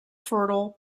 fertile